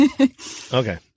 okay